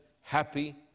happy